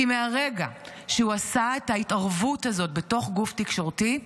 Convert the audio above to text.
כי מרגע שהוא עשה את ההתערבות הזאת בתוך גוף תקשורתי,